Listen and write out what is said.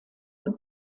und